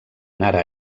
anara